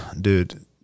Dude